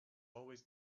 always